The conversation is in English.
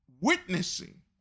witnessing